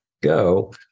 Go